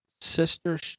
sister